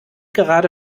gerade